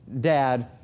dad